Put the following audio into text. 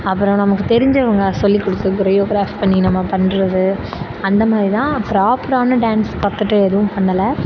அப்புறம் நமக்கு தெரிஞ்சவங்க சொல்லி கொடுத்து கொரியோகிராஃப் பண்ணி நம்ம பண்ணுறது அந்த மாதிரி தான் பிராப்பரான டான்ஸ் கற்றுட்டு எதுவும் பண்ணலை